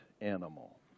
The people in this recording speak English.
animal